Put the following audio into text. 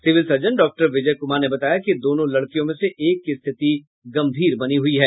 civil surgeon डॉ विजय कुमार ने बताया कि दोनों लडकियों में से एक की स्थिति गंभीर बनी हुई है